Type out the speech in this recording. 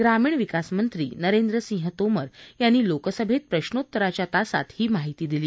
ग्रामीण विकास मंत्री नरेंद्रसिंह तोमर यांनी लोकसभेत प्रश्नोत्तराच्या तासात ही माहिती दिली